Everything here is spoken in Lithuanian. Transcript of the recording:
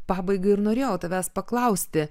pabaigai ir norėjau tavęs paklausti